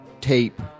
tape